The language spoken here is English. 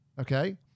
Okay